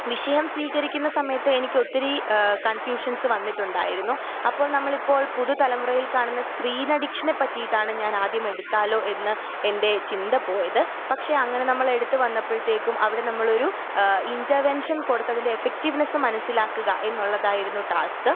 വിഷയം സ്വീകരിക്കുന്ന സമയത്ത് എനിക്ക് ഒത്തിരി കൺഫ്യൂഷൻസ് വന്നിട്ടുണ്ടായിരുന്നു അപ്പോൾ നമ്മൾ ഇപ്പോൾ പുതുതലമുറയിൽ കാണുന്ന സ്ക്രീൻ അഡിക്ഷനെ പറ്റിയിട്ടാണ് ഞാൻ ആദ്യം എടുത്താലോ എന്ന് എൻ്റെ ചിന്ത പോയത് പക്ഷേ അങ്ങനെ നമ്മൾ എടുത്ത് വന്നപ്പോഴത്തേക്കും അവിടെ നമ്മളൊരു ഇൻ്റർവെൻഷൻ കൊടുത്തതിൻ്റെ എഫക്റ്റീവ്നെസ്സ് മനസ്സിലാക്കുക എന്നുള്ളതായിരുന്നു ടാസ്ക്